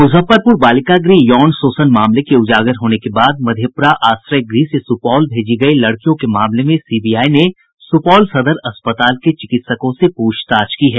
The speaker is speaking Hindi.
मुजफ्फरपुर बालिका गृह यौन शोषण मामले के उजागर होने के बाद मधेपुरा आश्रय गृह से सुपौल भेजी गयी लड़कियों के मामले में सीबीआई ने सुपौल सदर अस्पताल के चिकित्सकों से पूछताछ की है